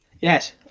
Yes